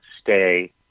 stay